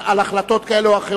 בעד, 55,